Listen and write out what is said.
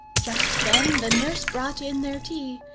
just then the nurse brought in their tea,